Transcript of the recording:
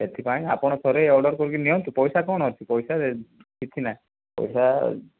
ସେଥିପାଇଁ ଆପଣ ଥରେ ଅର୍ଡ଼ର କରିକି ନିଅନ୍ତୁ ପଇସା କଣ ଅଛି ପଇସା କିଛି ନାହିଁ ପଇସା